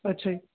ਅੱਛਾ ਜੀ